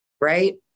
Right